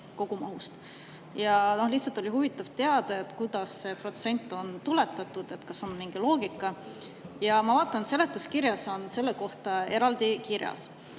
Ja lihtsalt oli huvitav teada, kuidas see protsent on tuletatud, kas on mingi loogika. Ma vaatan, et seletuskirjas on selle kohta eraldi kirjas: